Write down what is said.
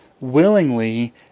willingly